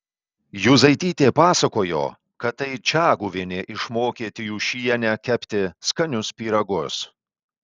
juzaitytė pasakojo kad tai čaguvienė išmokė tijūšienę kepti skanius pyragus